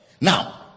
Now